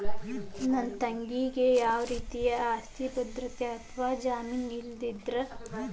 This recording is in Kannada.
ನನ್ನ ತಂಗಿಗೆ ಯಾವ ರೇತಿಯ ಆಸ್ತಿಯ ಭದ್ರತೆ ಅಥವಾ ಜಾಮೇನ್ ಇಲ್ಲದಿದ್ದರ ಕೃಷಿ ಸಾಲಾ ಹ್ಯಾಂಗ್ ಪಡಿಬಹುದ್ರಿ?